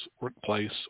workplace